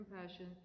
compassion